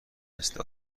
مثل